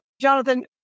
Jonathan